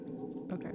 Okay